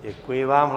Děkuji vám.